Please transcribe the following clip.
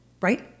Right